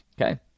Okay